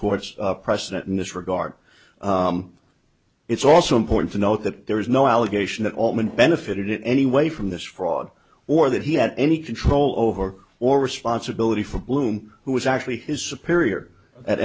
court's precedent in this regard it's also important to note that there is no allegation that altman benefited in any way from this fraud or that he had any control over or responsibility for blum who was actually his superior at